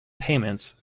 payments